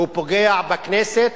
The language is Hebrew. פוגע בכנסת,